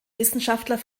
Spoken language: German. wissenschaftler